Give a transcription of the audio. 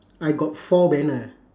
I got four banners